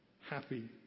happy